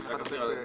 אני רק אסביר.